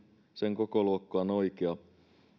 sen kokoluokka on oikea